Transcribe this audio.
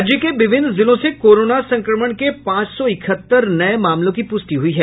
राज्य के विभिन्न जिलों से कोरोना संक्रमण के पांच सौ इकहत्तर नये मामलों की प्रष्टि हुई है